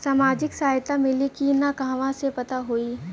सामाजिक सहायता मिली कि ना कहवा से पता होयी?